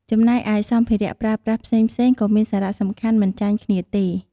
ចំណែកឯ សម្ភារៈប្រើប្រាស់ផ្សេងៗ ក៏មានសារៈសំខាន់មិនចាញ់គ្នាទេ។